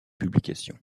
publications